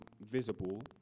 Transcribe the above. visible